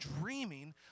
dreaming